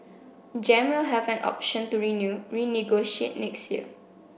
gem will have an option to renew renegotiate next year